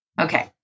Okay